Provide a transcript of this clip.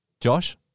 Josh